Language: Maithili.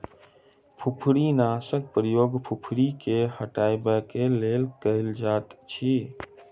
फुफरीनाशकक प्रयोग फुफरी के हटयबाक लेल कयल जाइतअछि